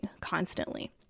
constantly